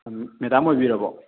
madam ꯑꯣꯏꯕꯤꯔꯕꯣ